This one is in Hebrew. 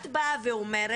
את באה ואומרת,